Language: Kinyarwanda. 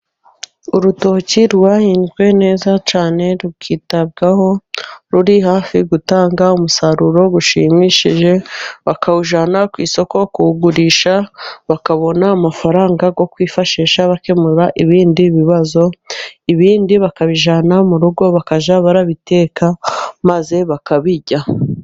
Urutoki rwahinzwe neza cyane rukitabwaho, ruri hafi gutanga umusaruro ushimishije. Bakawujyana ku isoko kuwugurisha, bakabona amafaranga yo kwifashisha bakemura ibindi bibazo. Ibindi bakabijyana mu rugo bakajya babiteka, maze bakabirya.